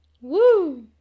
Woo